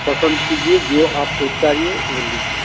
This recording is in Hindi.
पसंद कीजिए जो आपको चाहिए वह लीजिए